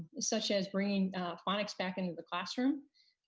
such as bringing phonics back into the classroom,